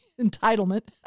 entitlement